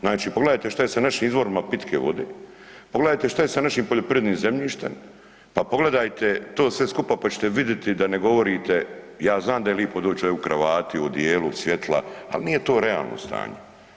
Znači, pogledajte šta je sa našim izvorima pitke vode, pogledajte šta je sa našim poljoprivrednim zemljištem, pa pogledajte to sve skupa pa ćete vidjeti da ne govorite, ja znam da je lipo doći u kravati, u odijelu, svjetla, al nije to realno stanje.